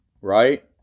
right